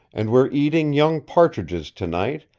and we're eating young partridges tonight,